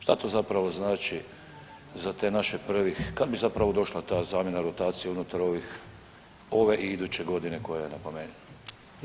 Šta to zapravo znači za te naše prvih, kad bi zapravo došla ta zamjena rotacije unutar ovih, ove i iduće godine koja je na